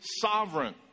sovereign